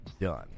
Done